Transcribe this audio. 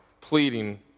pleading